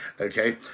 Okay